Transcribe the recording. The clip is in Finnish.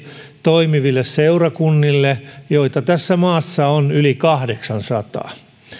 toimiville seurakunnille joita tässä maassa on yli kahdeksansataa